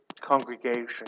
congregation